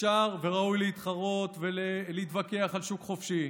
אפשר וראוי להתחרות ולהתווכח על שוק חופשי.